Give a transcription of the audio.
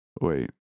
Wait